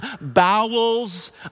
bowels